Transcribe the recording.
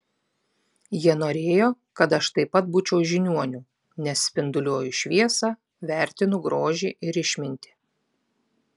jie norėjo kad aš taip pat būčiau žiniuoniu nes spinduliuoju šviesą vertinu grožį ir išmintį